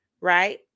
right